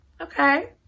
okay